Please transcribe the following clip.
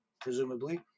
presumably